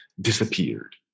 disappeared